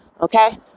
Okay